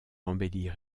embellir